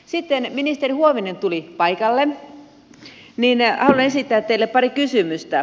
nyt kun ministeri huovinen tuli paikalle haluan esittää teille pari kysymystä